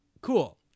Cool